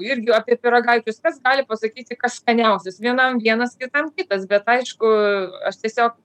irgi apie pyragaičius kas gali pasakyti kas skaniausias vienam vienas kitam kitas bet aišku aš tiesiog